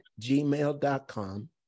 gmail.com